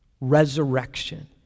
resurrection